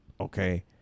Okay